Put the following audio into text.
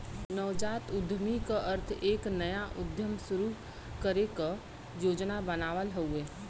नवजात उद्यमी क अर्थ एक नया उद्यम शुरू करे क योजना बनावल हउवे